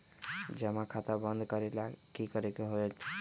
जमा खाता बंद करे ला की करे के होएत?